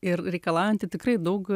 ir reikalaujanti tikrai daug